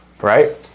right